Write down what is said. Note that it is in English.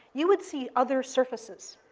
you would see other surfaces.